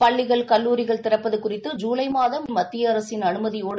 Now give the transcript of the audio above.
பள்ளிகள் கல்லூரிகள் திறப்பதுகுறித்து ஜூலைமாத இறுதியில் மத்தியஅரசின் அனுமதியோடு